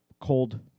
cold